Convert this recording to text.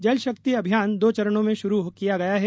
जल शक्ति अभियान दो चरणों में शुरू किया गया है